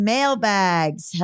Mailbags